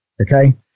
Okay